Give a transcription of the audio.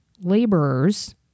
laborers